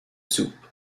soupe